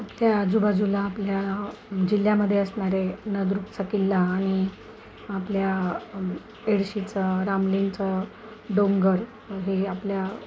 आपल्या आजूबाजूला आपल्या जिल्ह्यामध्ये असणारे नळदुर्गचा किल्ला आणि आपल्या एडशीचं रामलींगचं डोंगर हे आपल्या